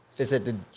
visited